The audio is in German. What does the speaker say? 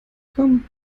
kommt